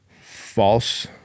false